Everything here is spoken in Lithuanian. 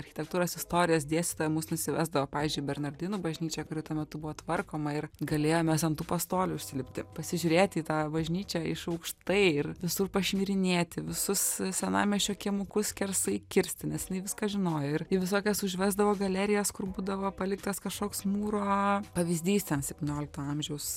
architektūros istorijos dėstytoja mus nusivesdavo pavyzdžiui į bernardinų bažnyčią kuri tuo metu buvo tvarkoma ir galėjom mes ant tų pastolių užsilipti pasižiūrėti į tą bažnyčią iš aukštai ir visur pašmirinėti visus senamiesčio kiemukus skersai kirsti nes jinai viską žinojo ir į visokias užvesdavo galerijas kur būdavo paliktas kažkoks mūro pavyzdys ten septyniolikto amžiaus